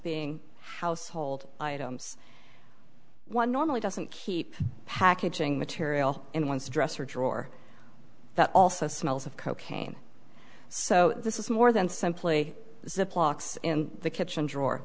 being household items one normally doesn't keep packaging material in one's dresser drawer that also smells of cocaine so this is more than simply ziploc in the kitchen drawer